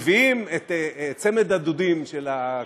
מביאים את צמד ה"דודים" של הכנסת,